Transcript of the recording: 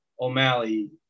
O'Malley